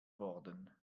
worden